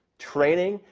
training,